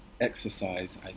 exercise